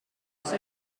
also